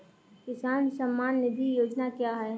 किसान सम्मान निधि योजना क्या है?